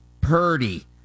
Purdy